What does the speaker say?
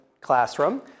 classroom